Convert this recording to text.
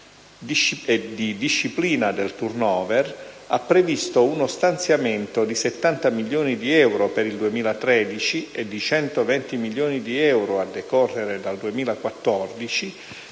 e disciplina del *turnover*, ha previsto uno stanziamento di 70 milioni di euro per il 2013 e di 120 milioni di euro a decorrere dal 2014,